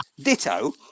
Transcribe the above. Ditto